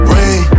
Rain